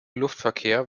luftverkehr